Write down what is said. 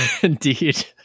indeed